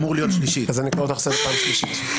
אני קורא אותך לסדר פעם שלישית.